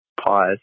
pause